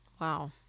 Wow